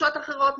תחושות אחרות,